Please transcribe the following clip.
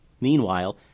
Meanwhile